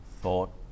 thought